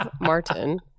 Martin